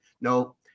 no